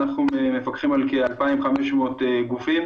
אנחנו מפקחים על כ-2,500 גופים